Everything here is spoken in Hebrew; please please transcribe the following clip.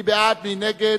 מי בעד, מי נגד,